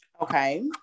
Okay